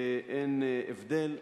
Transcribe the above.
אין הבדל.